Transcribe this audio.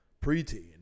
pre-teen